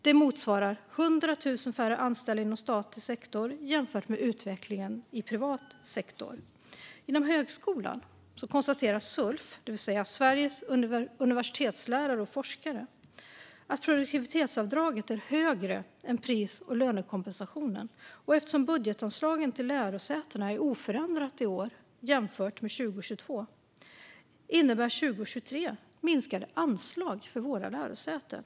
Detta motsvarar 100 000 färre anställda inom statlig sektor jämfört med utvecklingen i privat sektor. Inom högskolan konstaterar Sulf, Sveriges universitetslärare och forskare, att produktivitetsavdraget är högre än pris och lönekompensationen, och eftersom budgetanslagen till lärosätena är oförändrade i år jämfört med 2022 innebär 2023 minskade anslag för våra lärosäten.